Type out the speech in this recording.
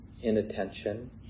inattention